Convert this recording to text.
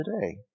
today